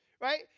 right